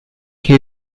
che